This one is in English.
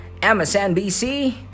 MSNBC